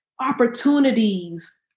opportunities